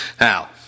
Now